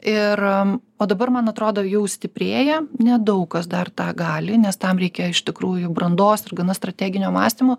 ir o dabar man atrodo jau stiprėja nedaug kas dar tą gali nes tam reikia iš tikrųjų brandos ir gana strateginio mąstymo